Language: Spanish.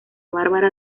bárbara